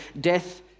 death